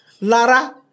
Lara